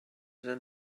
than